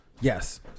Yes